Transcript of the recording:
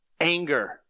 anger